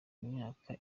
imyaka